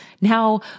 Now